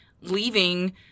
leaving